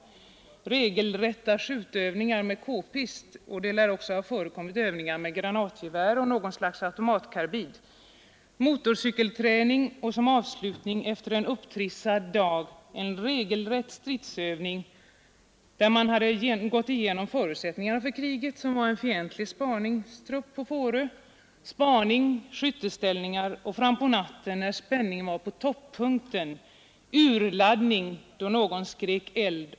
De fick dessutom delta i regelrätta skjutövningar med k-pist — det lär också ha förekommit övningar med granatgevär och något slags automatkarbin — samt motorcykelträning. Och som avslutning efter en upptrissad dag fick de vara med om en regelrätt stridsövning. Där skedde då genomgång av förutsättningarna för kriget, som var en fientlig spaningstrupp på Fårö, därefter spaning och lokalisering av fienden, så ner i skytteställningar. Fram på natten, när spänningen var på toppunkten, blev det urladdning genom att någon skrek ”Eld!